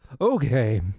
Okay